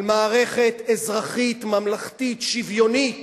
על מערכת אזרחית ממלכתית שוויונית